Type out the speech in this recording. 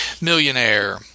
Millionaire